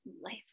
life